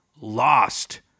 lost